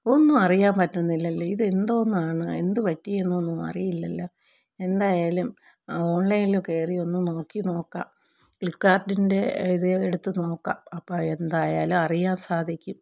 ഒന്നും അറിയാൻ പറ്റുന്നില്ലല്ലേ ഇത് എന്തോന്നാണ് എന്തുപറ്റി എന്നൊന്നും അറിയില്ലല്ലോ എന്തായാലും ഓൺലൈനില് കയറി ഒന്ന് നോക്കിനോക്കാം ഫ്ലിപ്പ് കാർഡിൻ്റെ ഇത് എടുത്തുനോക്കാം അപ്പോൾ എന്തായാലും അറിയാൻ സാധിക്കും